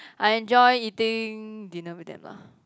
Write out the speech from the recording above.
I enjoy eating dinner with them la